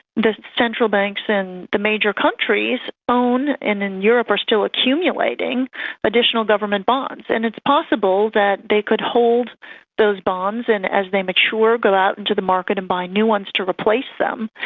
the central banks in the major countries own and in europe are still accumulating additional government bonds, and it's possible that they could hold those bonds and as they mature go out into the market and buy new ones to replace them,